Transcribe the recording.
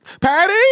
Patty